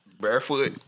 Barefoot